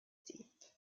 deep